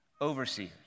overseers